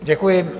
Děkuji.